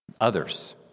others